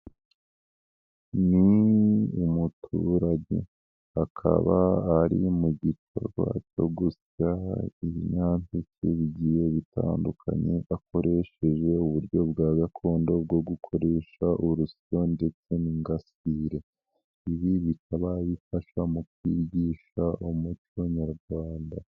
Ni umuturage hakaba ari mu gikorwa cyo gusya ibinyampeke bigiye bitandukanye akoresheje uburyo bwa gakondo bwo gukoresha urusyo ndetse n'ingasire, ibi bikaba bifasha mu kwigisha umuco nyarwanda.